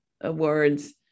awards